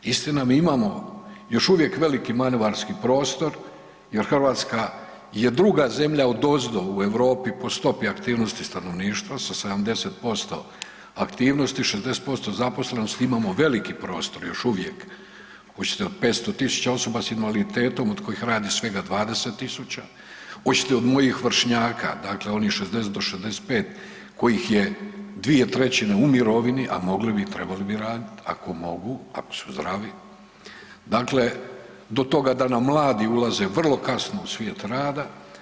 Istina, mi imamo još uvijek veliki manevarski prostor jer Hrvatska je druga zemlja odozdo u Europi po stopi aktivnosti stanovništva sa 70% aktivnosti, 60% zaposlenosti, imamo veliki prostor još uvijek, oćete od 500 000 osoba s invaliditetom od kojih radi svega 20 000, oćete od mojih vršnjaka, dakle onih od 60 do 65 kojih je 2/3 u mirovini, a mogli bi i trebali bi radit ako mogu ako su zdravi, dakle do toga da nam mladi ulaze vrlo kasno u svijet rada.